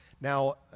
Now